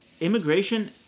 immigration